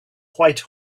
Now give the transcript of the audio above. white